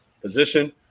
position